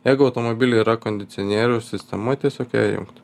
jeigu automobily yra kondicionieriaus sistema tiesiog ją įjungt